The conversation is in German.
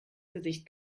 gesicht